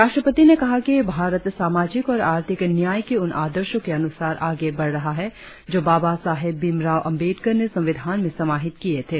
राष्ट्रपति ने कहा कि भारत सामाजिक और आर्थिक न्याय के उन आदर्शों के अनुसर आगे बढ़ रहा है जो बाबा साहेब भीम राव आम्बेडकर ने संविधान मे समाहित किए थे